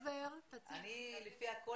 הדבר שגרם לי לקבל